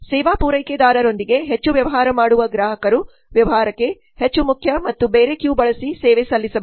ಸೇವಾ ಪೂರೈಕೆದಾರರೊಂದಿಗೆ ಹೆಚ್ಚು ವ್ಯವಹಾರ ಮಾಡುವ ಗ್ರಾಹಕರು ವ್ಯವಹಾರಕ್ಕೆ ಹೆಚ್ಚು ಮುಖ್ಯ ಮತ್ತು ಬೇರೆ ಕ್ಯೂ ಬಳಸಿ ಸೇವೆ ಸಲ್ಲಿಸಬಹುದು